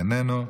איננו.